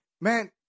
Man